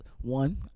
one